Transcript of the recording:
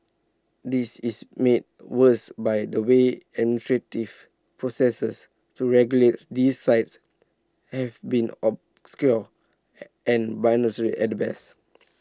this is made worse by the way processes to regulate these sites have been obscure and at best